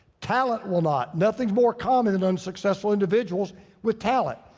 talent will not. nothing more common than unsuccessful individuals with talent.